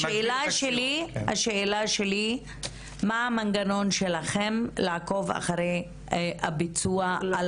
השאלה שלי היא מה המנגנון שלכם לעקוב אחרי הביצוע של